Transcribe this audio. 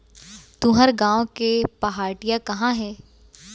तुंहर गॉँव के पहाटिया कहॉं हे?